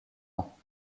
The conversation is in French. ans